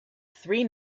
three